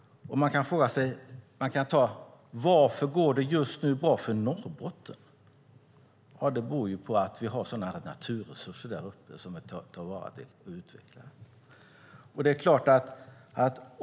Man kan fråga sig: Varför går det just nu bra för Norrbotten? Ja, det beror på att vi har sådana naturresurser där uppe som vi tar vara på och utvecklar.